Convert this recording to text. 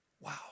Wow